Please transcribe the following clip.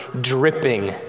dripping